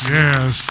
yes